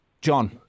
John